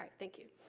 thank you.